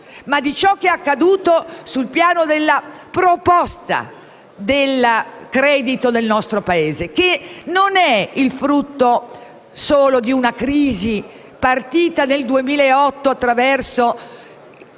di ciò che è accaduto sul piano della proposta del credito nel nostro Paese, che non è solo il frutto di una crisi partita nel 2008 attraverso